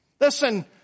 Listen